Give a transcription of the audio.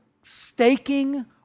staking